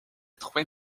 trois